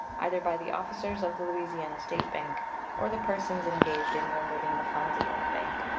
either by the officers of the louisiana state bank or the persons engaged in removing the funds of that bank,